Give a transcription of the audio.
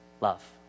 love